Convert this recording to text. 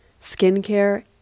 skincare